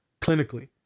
clinically